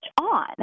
on